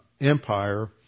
Empire